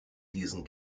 diesen